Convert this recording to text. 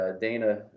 Dana